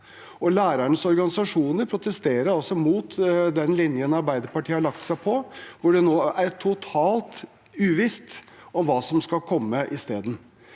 Lærernes organisasjoner protesterer mot den linjen Arbeiderpartiet har lagt seg på, hvor det nå er totalt uvisst hva som skal komme isteden.